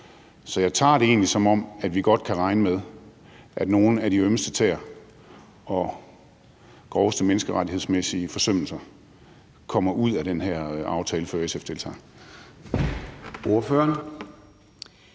Så jeg tager det egentlig, som om vi godt kan regne med, at nogle af de ømmeste tæer og groveste menneskerettighedsmæssige forsømmelser kommer ud af den her aftale, før SF deltager.